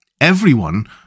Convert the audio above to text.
Everyone